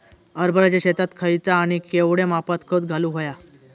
हरभराच्या शेतात खयचा आणि केवढया मापात खत घालुक व्हया?